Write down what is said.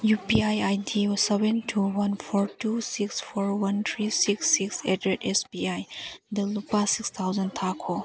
U P I I D seven two one four two six four one three six six eight ꯗ ꯔꯦꯠ S B ꯑꯥꯏꯗ ꯂꯨꯄꯥ six thousand ꯊꯥꯈꯣ